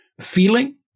feeling